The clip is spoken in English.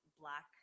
black